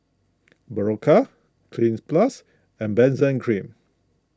Berocca Cleanz Plus and Benzac Cream